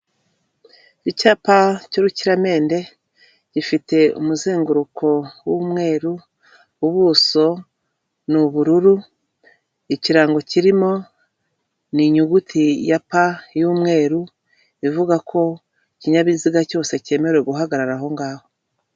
Icyapa cy'urukiramende, gifite umuzenguruko w'umweru, ubuso ni ubururu, ikirango kirimo ni inyuguti ya pa y'umweru, ivuga ko ikinyabiziga cyose cyemerawe guhagarara aho ngaho.